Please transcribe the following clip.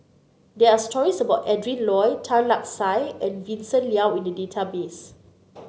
there're stories about Adrin Loi Tan Lark Sye and Vincent Leow in the database